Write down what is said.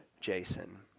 Jason